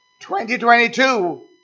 2022